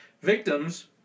victims